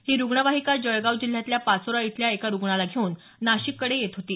ही रुग्णवाहिका जळगाव जिल्ह्यातल्या पाचोरा इथल्या एका रुग्णाला घेऊन नाशिककडे येत होती